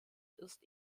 ist